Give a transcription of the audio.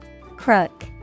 Crook